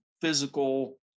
physical